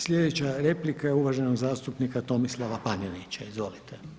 Sljedeća replika je uvaženog zastupnika Tomislava Panenića, izvolite.